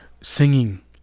singing